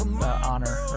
honor